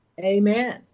Amen